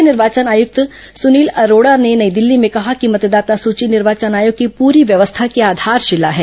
मुख्य निर्वाचन आयक्त सुनील अरोडा ने नई दिल्ली में कहा कि मतदाता सुची निर्वाचन आयोग की पुरी व्यवस्था की आधारशिला है